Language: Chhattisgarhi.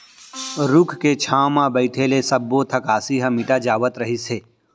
रूख के छांव म बइठे ले सब्बो थकासी ह मिटा जावत रहिस हे